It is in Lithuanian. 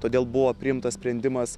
todėl buvo priimtas sprendimas